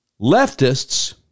leftists